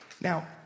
Now